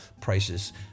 prices